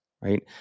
right